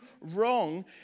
wrong